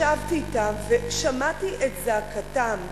ישבתי אתם ושמעתי את זעקתם.